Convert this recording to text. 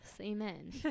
amen